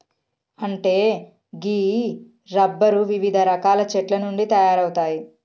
అంటే గీ రబ్బరు వివిధ రకాల చెట్ల నుండి తయారవుతాయి